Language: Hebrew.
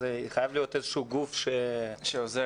חייב להיות איזה גוף שעוזר.